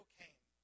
came